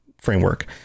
framework